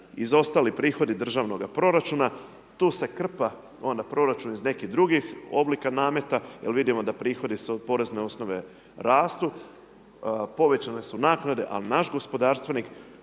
izostali prihodi državnoga proračuna tu se krpa onda proračun iz nekih drugih oblika nameta jer vidimo da prihodi s porezne osnove rastu, povećane su naknade ali naš gospodarstvenik